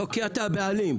כי אתה הבעלים.